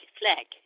flag